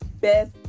best